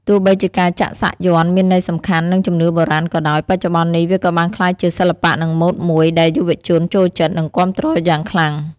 ទោះបីជាការចាក់សាក់យ័ន្តមានន័យសំខាន់ និងជំនឿបុរាណក៏ដោយ បច្ចុប្បន្ននេះវាក៏បានក្លាយជាសិល្បៈនិងម៉ូដមួយដែលយុវជនចូលចិត្ត និងគាំទ្រយ៉ាងខ្លាំង។